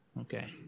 Okay